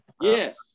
Yes